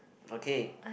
okay